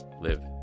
live